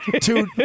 Two